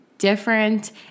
different